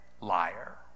liar